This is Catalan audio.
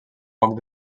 poc